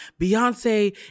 Beyonce